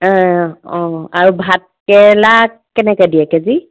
অঁ আৰু ভাতকেৰেলা কেনেকৈ দিয়ে কেজি